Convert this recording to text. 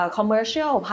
Commercial